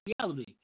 reality